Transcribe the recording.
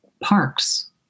parks